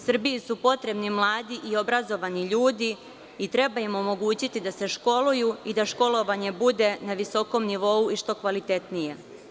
Srbiji su potrebni mladi i obrazovani ljudi i treba im omogućiti da se školuju i da školovanje bude na visokom nivou i što kvalitetnije.